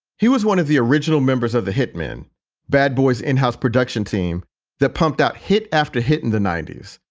he was one of the original members of the hitmen bad boys in-house production team that pumped out hit after hit in the ninety s,